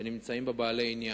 שנמצאים בה בעלי עניין,